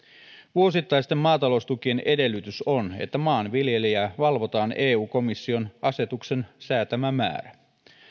vuosittaisten maataloustukien edellytys on että maanviljelijää valvotaan eu komission asetuksen säätämä määrä